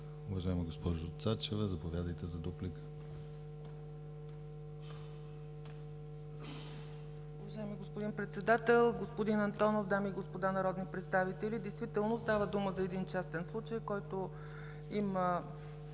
Уважаема госпожо Цачева, заповядайте за дуплика. МИНИСТЪР ЦЕЦКА ЦАЧЕВА: Уважаеми господин Председател, господин Антонов, дами и господа народни представители! Действително става дума за един частен случай, който има